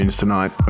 tonight